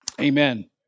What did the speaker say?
Amen